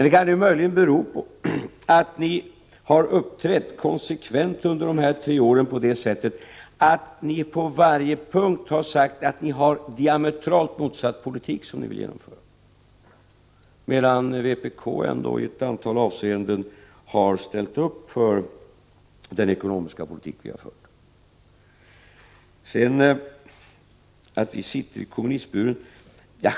Det kan möjligen bero på att ni har uppträtt konsekvent under tre år på det sättet att ni på varje punkt har sagt att ni vill genomföra en diametralt motsatt politik, medan vpk ändå i ett antal avseenden har ställt upp för den ekonomiska politik vi har fört. Det har sagts att vi sitter i kommunistburen.